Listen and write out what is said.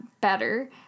better